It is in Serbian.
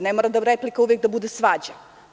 Ne mora replika uvek da bude svađa.